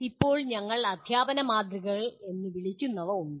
ഇപ്പോൾ ഞങ്ങൾ അദ്ധ്യാപന മാതൃകകൾ എന്ന് വിളിക്കുന്നുവ ഉണ്ട്